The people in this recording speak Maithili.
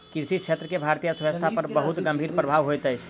कृषि क्षेत्र के भारतीय अर्थव्यवस्था पर बहुत गंभीर प्रभाव होइत अछि